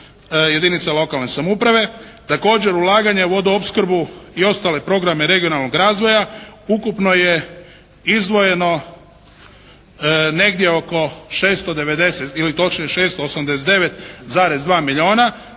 jedinica lokalne samouprave. Također ulaganje u vodoopskrbu i ostale programe regionalnog razvoja ukupno je izdvojeno negdje oko 690 ili